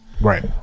Right